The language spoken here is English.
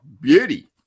beauty